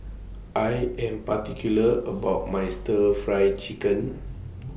I Am particular about My Stir Fry Chicken